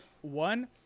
one